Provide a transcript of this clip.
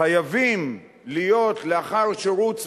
חייבים להיות לאחר שירות צבאי,